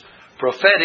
prophetic